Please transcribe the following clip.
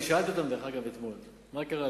אני שאלתי אותם, דרך אגב, אתמול: מה קרה?